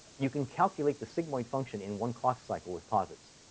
you can calculate the sigmoid function in one clock cycle with posits.